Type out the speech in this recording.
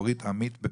לאורית עמית.